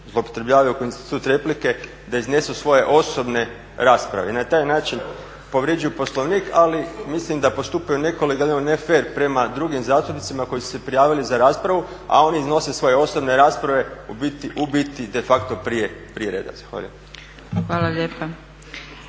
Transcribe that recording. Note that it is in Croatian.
zloupotrebljavaju kao institut replike da iznesu svoje osobne rasprave i na taj način povređuju Poslovnik, ali mislim da postupaju nekolegijalno, nefer prema drugim zastupnicima koji su se prijavili za raspravu, a oni iznose svoje osobne rasprave u biti de facto prije reda. Zahvaljujem.